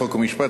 חוק ומשפט,